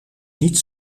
niet